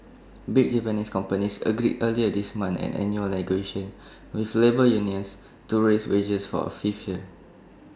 big Japanese companies agreed earlier this month at annual negotiations with labour unions to raise wages for A fifth year